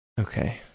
okay